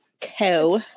Co